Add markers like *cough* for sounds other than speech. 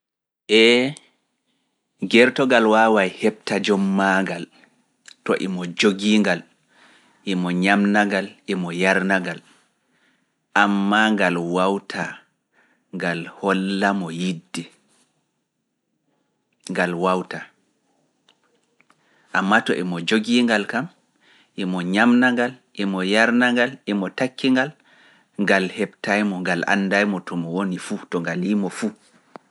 Ee, gertogal waawa heɓta jommaagal, to imo jogiingal, imo ñamnagal, imo yarnagal, ammaa ngal wawtaa, ngal holla mo yidde, ngal wawtaa. Ammaa to imo jogiingal kam, imo ñamnagal, imo yarnagal, imo takkingal, ngal heɓtaay mo, ngal anndaay mo to mo woni fuu, to ngal yiimo fuu. *noise*